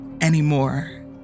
anymore